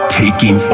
taking